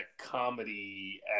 comedy